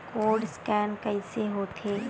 Code scan कइसे होथे?